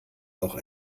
auch